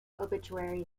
obituary